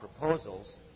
proposals